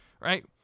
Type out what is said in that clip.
right